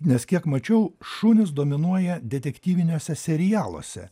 nes kiek mačiau šunys dominuoja detektyviniuose serialuose